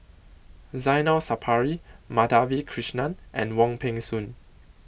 Zainal Sapari Madhavi Krishnan and Wong Peng Soon